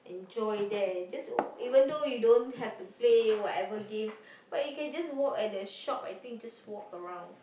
enjoy there just even though you don't have to play whatever game but you can just walk at the shop I think just walk around